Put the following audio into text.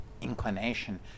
inclination